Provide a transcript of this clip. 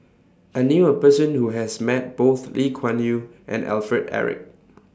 I knew A Person Who has Met Both Lee Kuan Yew and Alfred Eric